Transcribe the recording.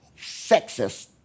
sexist